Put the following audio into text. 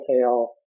tail